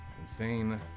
insane